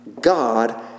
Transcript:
God